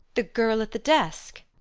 the girl at the desk.